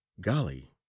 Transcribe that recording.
Golly